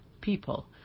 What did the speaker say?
people